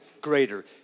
greater